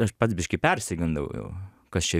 aš pats biškį persigandau jau kas čia